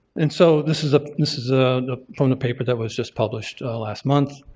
and so this is ah this is ah from the paper that was just published last month.